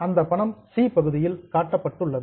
அந்த பணம் சி பகுதியில் காட்டப்பட்டுள்ளது